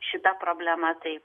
šita problema taip